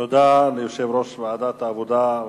תודה ליושב-ראש ועדת העבודה,